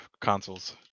consoles